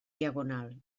diagonal